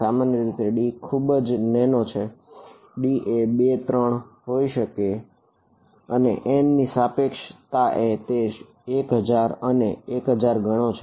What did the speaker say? સામાન્ય રીતે d એ ખુબજ નેનો છે d એ 2 3 કોઈપણ હોઈ શકે અને n ની સાપેક્ષમાં તે 1000 અને 1000 ગણો છે